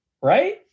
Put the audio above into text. right